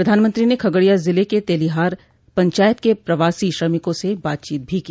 प्रधानमंत्री ने खगड़िया जिले के तेलीहर पंचायत के प्रवासी श्रमिकों से बातचीत भी की